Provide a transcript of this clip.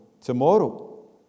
tomorrow